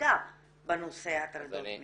חקיקה בנושא הטרדות מיניות.